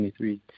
23